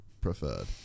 preferred